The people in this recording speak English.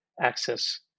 access